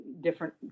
different